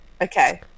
okay